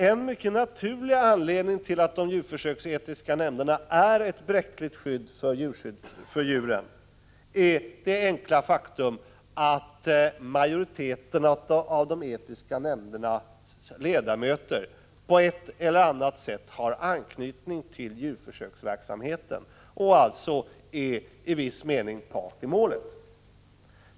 En naturlig anledning till att de djurförsöksetiska nämnderna är ett bräckligt skydd för djuren är det enkla faktum att många av ledamöterna i de etiska nämnderna på ett eller annat sätt har anknytning till djurförsöksverksamhet och alltså i viss mån är part i målet.